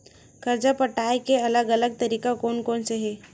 कर्जा पटाये के अलग अलग तरीका कोन कोन से हे?